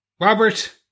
Robert